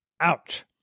Ouch